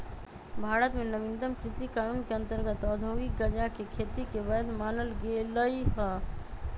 भारत में नवीनतम कृषि कानून के अंतर्गत औद्योगिक गजाके खेती के वैध मानल गेलइ ह